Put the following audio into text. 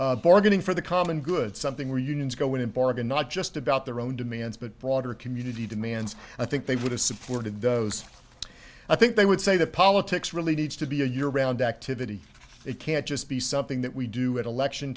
alliances bargaining for the common good something where unions go in and bargain not just about their own demands but broader community demands i think they would have supported those i think they would say that politics really needs to be a year round activity it can't just be something that we do at elect